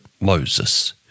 Moses